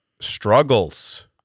struggles